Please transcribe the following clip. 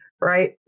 right